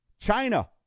China